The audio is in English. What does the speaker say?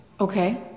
Okay